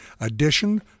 Edition